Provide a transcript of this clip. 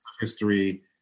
history